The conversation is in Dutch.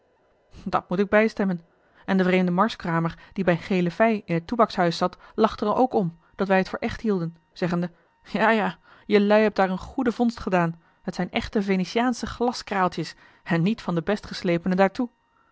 dat moet ik bijstemmen en de vreemde marskramer die bij gele fij in het toebackshuis zat lachte er ook om dat wij het voor echt hielden zeggende ja ja jelui hebt daar eene goede vondst gedaan het zijn echte venetiaansche glaskraaltjes en niet van de best geslepene daartoe